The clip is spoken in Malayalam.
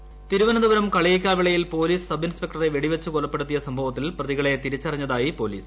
ഐ കൊലപാതകം തിരുവനന്തപുരം കളിയിക്കാവിളയിൽ പോലീസ് സബ് ഇൻസ്പെക്ടറെ വെടിവച്ചു കൊലപ്പെടുത്തിയ സംഭവത്തിൽ പ്രതികളെ തിരിച്ചറിഞ്ഞതായി പോലീസ്